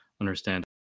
understand